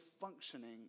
functioning